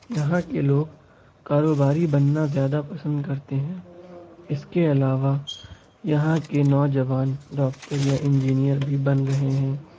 یہاں کے لوگ کاروباری بننا زیادہ پسند کرتے ہیں اس کے علاوہ یہاں کے نوجوان ڈاکٹر یا انجینیئر بھی بن رہے ہیں